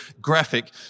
graphic